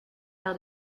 par